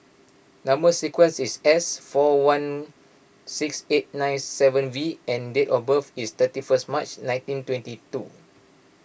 Number Sequence is S four one six eight nine seven V and date of birth is thirty first March nineteen twenty two